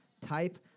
type